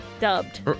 dubbed